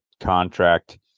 contract